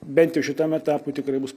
bent jau šitam etapui tikrai bus